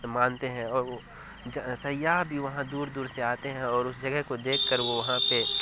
مانتے ہیں اور وہ سیاح بھی وہاں دور دور سے آتے ہیں اور اس جگہ کو دیکھ کر وہ وہاں پہ